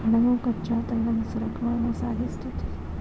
ಹಡಗು ಕಚ್ಚಾ ತೈಲದ ಸರಕುಗಳನ್ನ ಸಾಗಿಸ್ತೆತಿ